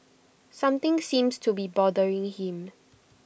something seems to be bothering him